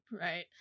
Right